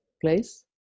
place